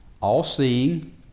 all-seeing